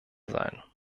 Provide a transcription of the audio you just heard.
sein